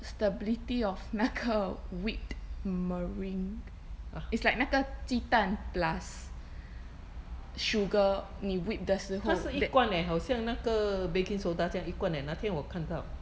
stability of 那个 whipped meringue is like 那个鸡蛋 plus sugar 你 whip 的时候 that